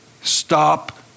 Stop